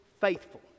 faithful